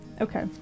Okay